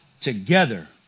Together